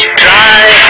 try